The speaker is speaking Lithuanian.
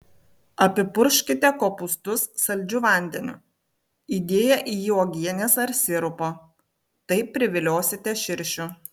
apipurkškite kopūstus saldžiu vandeniu įdėję į jį uogienės ar sirupo taip priviliosite širšių